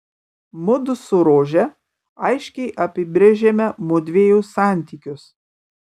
mudu su rože aiškiai apibrėžėme mudviejų santykius